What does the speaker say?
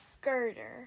girder